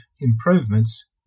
improvements